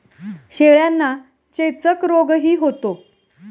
शेळ्यांना चेचक रोगही होतो